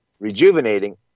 rejuvenating